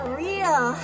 real